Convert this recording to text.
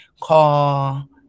call